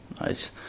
nice